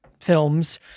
films